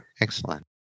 excellent